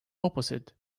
opposite